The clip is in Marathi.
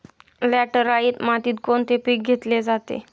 लॅटराइट मातीत कोणते पीक घेतले जाते?